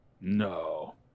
No